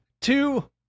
Two